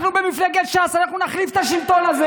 אנחנו במפלגת ש"ס אנחנו נחליף את השלטון הזה.